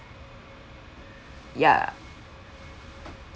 ya